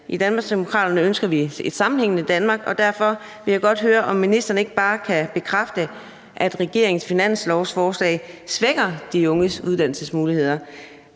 I Danmarksdemokraterne ønsker vi et sammenhængende Danmark, og derfor vil jeg godt høre, om ministeren ikke bare kan bekræfte, at regeringens finanslovsforslag svækker de unges uddannelsesmuligheder